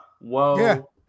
Whoa